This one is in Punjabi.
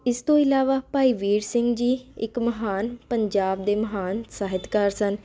ਇਸ ਤੋਂ ਇਲਾਵਾ ਭਾਈ ਵੀਰ ਸਿੰਘ ਜੀ ਇੱਕ ਮਹਾਨ ਪੰਜਾਬ ਦੇ ਮਹਾਨ ਸਾਹਿਤਕਾਰ ਸਨ